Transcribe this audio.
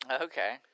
Okay